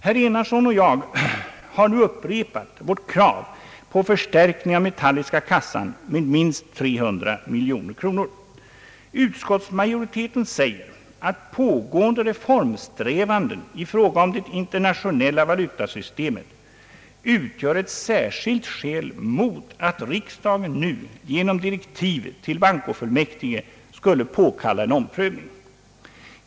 Herr Enarsson och jag har nu upprepat vårt krav på förstärkning av metalliska kassan med minst 300 miljoner kronor. Utskottsmajoriteten säger att pågående reformsträvanden i fråga om det internationella valutasystemet utgör ett särskilt skäl mot att riksdagen nu genom direktiv till bankofullmäktige skulle påkalla en omprövning.